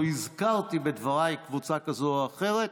לא הזכרתי בדבריי קבוצה כזאת או אחרת.